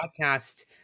podcast